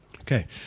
Okay